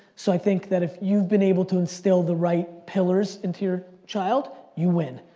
so i think that if you've been able to instill the right pillars into your child, you win.